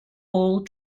all